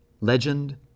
legend